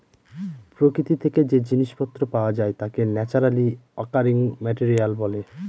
প্রকৃতি থেকে যে জিনিস পত্র পাওয়া যায় তাকে ন্যাচারালি অকারিং মেটেরিয়াল বলে